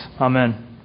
Amen